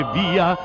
via